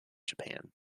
japan